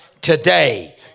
Today